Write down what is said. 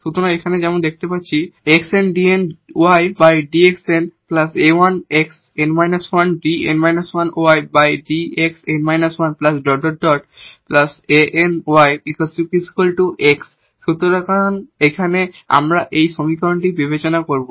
সুতরাং এখানে যেমন আমরা এই দেখতে পাচ্ছি সুতরাং এখানে আমরা এই সমীকরণটি বিবেচনা করব